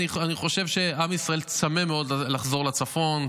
אני חושב שעם ישראל צמא מאוד לחזור לצפון,